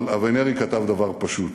אבל אבינרי כתב דבר פשוט: